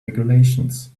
regulations